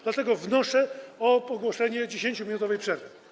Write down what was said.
Dlatego wnoszę o ogłoszenie 10-minutowej przerwy.